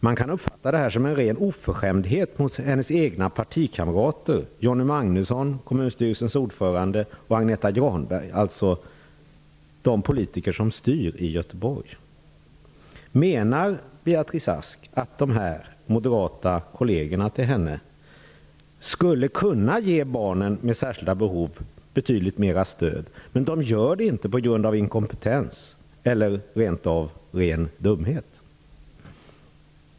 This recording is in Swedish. Man kan uppfatta detta som en ren oförskämdhet mot hennes egna partikamrater: Johnny Magnusson, kommunstyrelsens ordförande, och Agneta Granberg, alltså de politiker som styr i Göteborg. Menar Beatrice Ask att de här moderata kollegerna till henne skulle kunna ge barnen med särskilda behov betydligt mer stöd, men att de inte gör det på grund av inkompetens eller rent av ren dumhet?